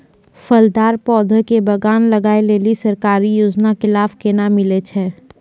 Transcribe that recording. फलदार पौधा के बगान लगाय लेली सरकारी योजना के लाभ केना मिलै छै?